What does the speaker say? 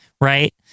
right